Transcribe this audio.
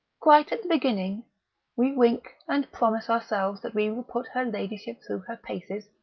quite at the beginning we wink, and promise ourselves that we will put her ladyship through her paces,